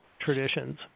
traditions